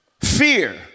Fear